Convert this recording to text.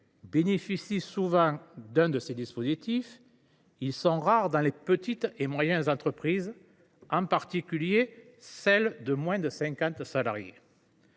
bénéficient souvent de l’un de ces dispositifs, ceux des petites et moyennes entreprises, en particulier celles de moins de 50 salariés,